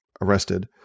arrested